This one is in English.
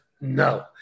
no